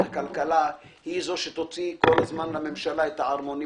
הכלכלה היא זו שתוציא כל זהמן לממשלה את הערמונים,